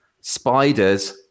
Spiders